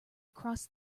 across